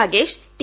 Ragesh T